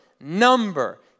number